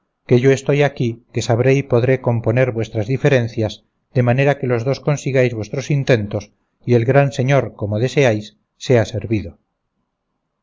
que yo estoy aquí que sabré y podré componer vuestras diferencias de manera que los dos consigáis vuestros intentos y el gran señor como deseáis sea servido